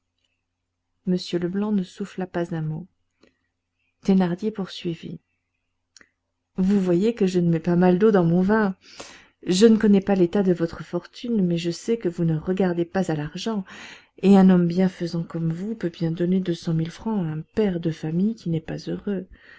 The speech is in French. m leblanc ne souffla pas un mot thénardier poursuivit vous voyez que je ne mets pas mal d'eau dans mon vin je ne connais pas l'état de votre fortune mais je sais que vous ne regardez pas à l'argent et un homme bienfaisant comme vous peut bien donner deux cent mille francs à un père de famille qui n'est pas heureux